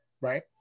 Right